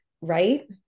Right